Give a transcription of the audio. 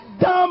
dumb